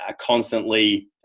constantly